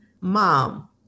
Mom